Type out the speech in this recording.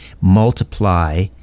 multiply